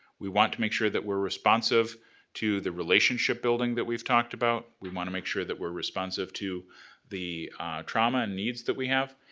we want to make sure that we're responsive to the relationship building that we've talked about. we wanna make sure that we're responsive to the trauma and needs that we have.